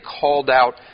called-out